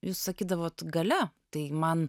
jūs sakydavot galia tai man